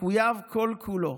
הוא מחויב כל-כולו.